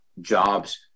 jobs